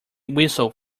whistle